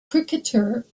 cricketer